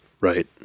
Right